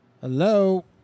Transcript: Hello